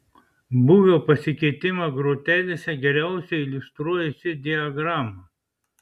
būvio pasikeitimą grotelėse geriausiai iliustruoja ši diagrama